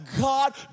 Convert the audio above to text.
God